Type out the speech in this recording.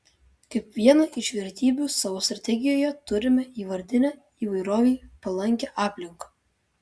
kaip vieną iš vertybių savo strategijoje turime įvardinę įvairovei palankią aplinką